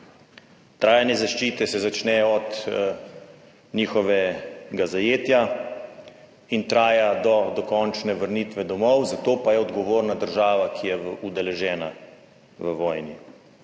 Trajanje zaščite se začne od njihovega zajetja in traja do dokončne vrnitve domov, za to pa je odgovorna država, ki je udeležena v vojni.